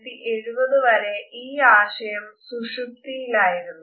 1970 വരെ ഈ ആശയം സുഷുപ്തിയിലായിരുന്നു